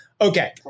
Okay